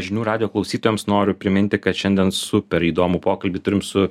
žinių radijo klausytojams noriu priminti kad šiandien super įdomų pokalbį turim su